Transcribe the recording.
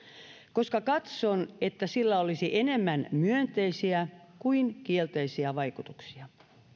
koska katson että sillä olisi enemmän myönteisiä kuin kielteisiä vaikutuksia